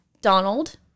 Donald